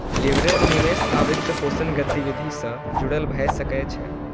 leverage निवेश आ वित्तपोषण गतिविधि सं जुड़ल भए सकै छै